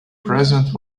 present